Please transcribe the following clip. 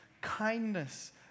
kindness